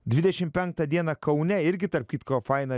dvidešim penktą dieną kaune irgi tarp kitko faina